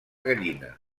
gallina